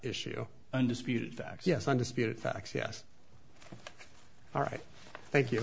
issue undisputed facts yes undisputed facts yes all right thank you